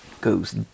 goes